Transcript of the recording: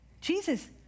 Jesus